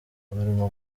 barimo